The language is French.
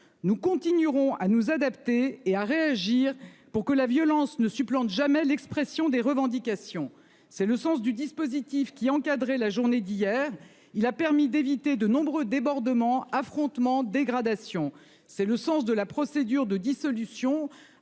Nous continuerons à nous adapter et à réagir pour que la violence ne supplante jamais l'expression des revendications. C'est le sens du dispositif qui encadrer la journée d'hier, il a permis d'éviter de nombreux débordements affrontements dégradation. C'est le sens de la procédure de dissolution